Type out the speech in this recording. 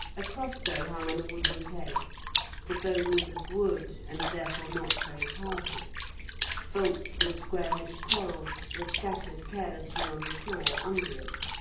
a crossbow hung on a wooden peg the bow was of wood, and, therefore, not very powerful bolts and square-headed quarrels were scattered carelessly on the floor under it.